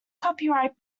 copyright